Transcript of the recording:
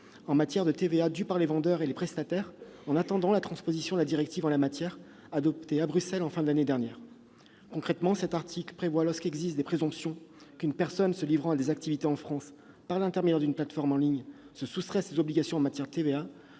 en matière de TVA due par les vendeurs et prestataires, dans l'attente de la transposition de la directive adoptée à Bruxelles en fin d'année dernière. Concrètement, lorsqu'existent des présomptions qu'une personne se livrant à des activités en France par l'intermédiaire d'une plateforme en ligne se soustrait à ses obligations en matière de TVA,